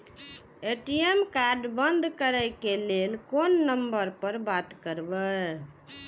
ATM card बंद करे के लेल कोन नंबर पर बात करबे?